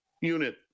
unit